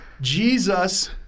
Jesus